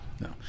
No